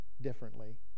differently